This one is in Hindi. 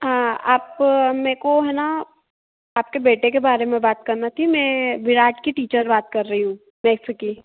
आप मेरे को है ना आपके बेटे के बारे में बात करना थी मैं विराट की टीचर बात कर रही हूँ मैथ्स की